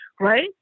right